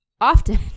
Often